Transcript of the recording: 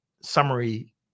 summary